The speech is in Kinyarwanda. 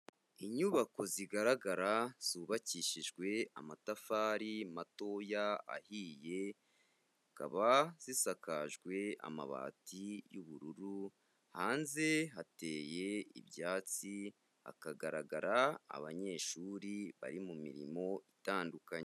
Inyubako zigaragara zubakishijwe amatafari matoya ahiye akaba zisakajwe amabati y'ubururu, hanze hateye ibyatsi hakagaragara abanyeshuri bari mu mirimo itandukanye.